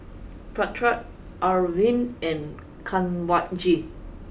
Pratap Arvind and Kanwaljit